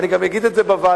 אני גם אגיד את זה בוועדה,